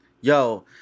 Yo